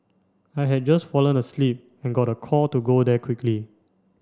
I had just fallen asleep and got a call to go there quickly